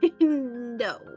No